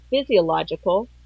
physiological